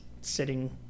sitting